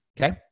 Okay